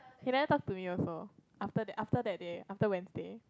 he never talk to me also after that after that day after Wednesday